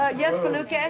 ah yes, feluke? yeah